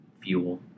fuel